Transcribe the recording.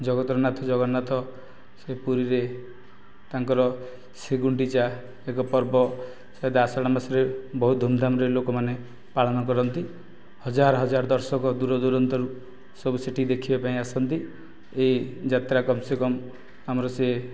ଜଗତର ନାଥ ଜଗନ୍ନାଥ ସେଇ ପୁରୀରେ ତାଙ୍କର ଶ୍ରୀଗୁଣ୍ଡିଚା ଏକ ପର୍ବ ଆଷାଢ଼ ମାସରେ ବହୁତ ଧୁମଧାମରେ ଲୋକମାନେ ପାଳନ କରନ୍ତି ହଜାର ହଜାର ଦର୍ଶକ ଦୂର ଦୁରାନ୍ତରୁ ସବୁ ସେଠିକି ଦେଖିବା ପାଇଁ ଆସନ୍ତି ଏଇ ଯାତ୍ରା କମ୍ ସେ କମ୍ ଆମର ସେ